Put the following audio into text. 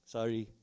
Sorry